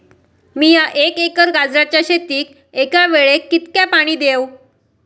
मीया एक एकर गाजराच्या शेतीक एका वेळेक कितक्या पाणी देव?